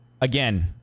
Again